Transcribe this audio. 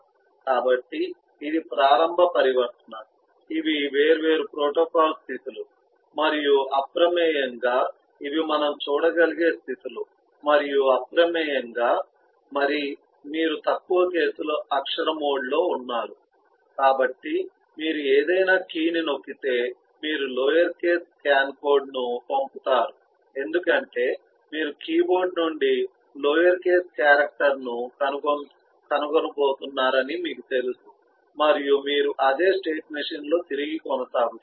కాబట్టి ఇది ప్రారంభ పరివర్తన ఇవి వేర్వేరు ప్రోటోకాల్ స్థితులు మరియు అప్రమేయంగా ఇవి మనం చూడగలిగే స్థితులు మరియు అప్రమేయంగా మీరు తక్కువ కేసుల అక్షర మోడ్లో ఉన్నారు కాబట్టి మీరు ఏదైనా కీ ని నొక్కితే మీరు లోయర్ కేస్ స్కాన్ కోడ్ ను పంపుతారు ఎందుకంటే మీరు కీబోర్డ్ నుండి లోయర్ కేస్ క్యారెక్టర్ను కనుగొనబోతున్నారని మీకు తెలుసు మరియు మీరు అదే స్టేట్ మెషీన్లో తిరిగి కొనసాగుతారు